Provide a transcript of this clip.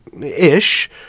ish